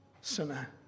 sinner